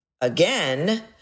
again